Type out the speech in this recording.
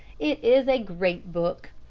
it is a great book.